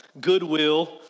Goodwill